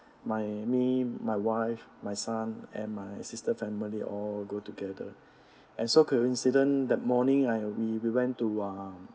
my me my wife my son and my sister family all go together and so coincident that morning I we we went to uh